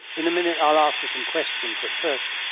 in a minute i'll ask for some questions, but first,